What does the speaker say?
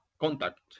Contact